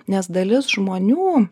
nes dalis žmonių